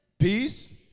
Peace